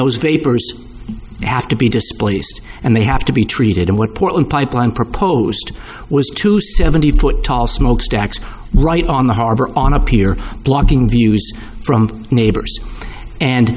those vapors have to be displaced and they have to be treated and what portland pipeline proposed was to seventy foot tall smokestacks right on the harbor on a pier blocking views from neighbors and